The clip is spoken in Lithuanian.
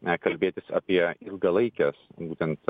na kalbėtis apie ilgalaikes būtent